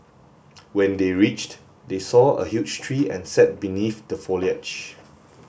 when they reached they saw a huge tree and sat beneath the foliage